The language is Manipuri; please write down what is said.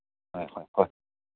ꯍꯣꯏ ꯍꯣꯏ ꯍꯣꯏ